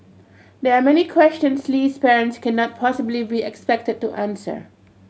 there are many questions Lee's parents cannot possibly be expected to answer